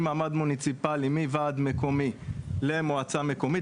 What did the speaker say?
מעמד מוניציפלי מוועד מקומי למועצה מקומית.